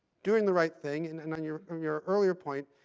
doing the right thing. and and on your your earlier point,